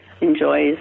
enjoys